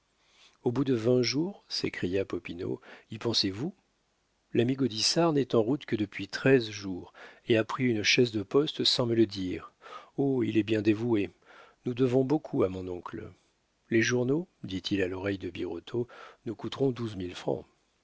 au bout de vingt jours s'écria popinot y pensez-vous l'ami gaudissart n'est en route que de treize jours et a pris une chaise de poste sans me le dire oh il est bien dévoué nous devons beaucoup à mon oncle les journaux dit-il à l'oreille de birotteau nous coûteront